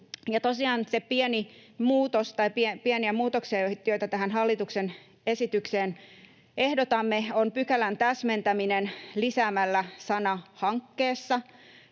pieni muutos, jota tähän hallituksen esitykseen ehdotamme, on pykälän täsmentäminen lisäämällä sana ”hankkeessa”,